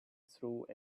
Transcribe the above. through